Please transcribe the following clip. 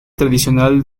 tradicional